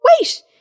Wait